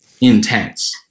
Intense